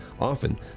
Often